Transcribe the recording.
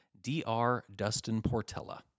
drdustinportella